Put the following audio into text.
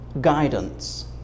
guidance